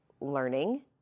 learning